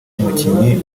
nk’umukinnyi